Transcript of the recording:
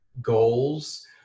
goals